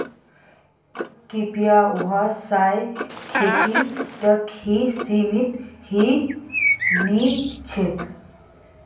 कृषि व्यवसाय खेती तक ही सीमित नी छे